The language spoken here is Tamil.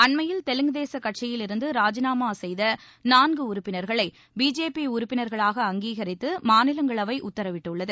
அண்மையில் தெலுங்கு தேச கட்சியிலிருந்து ராஜினாமா செய்த நான்கு உறுப்பினர்களை பிஜேபி உறுப்பினர்களாக அங்கிகரித்து மாநிலங்களவை உத்தரவிட்டுள்ளது